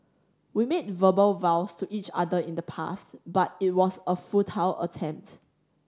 we made verbal vows to each other in the past but it was a futile attempt